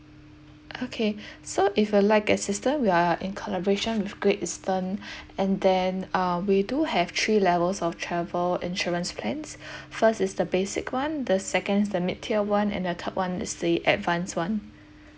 okay so if you like assistance we are in collaboration with great eastern and then uh we do have three levels of travel insurance plans first is the basic one the second the mid tier one and the third one is the advanced one